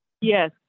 Yes